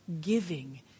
giving